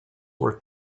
were